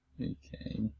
Okay